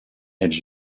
elles